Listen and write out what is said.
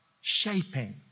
shaping